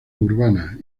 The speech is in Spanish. urbana